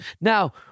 Now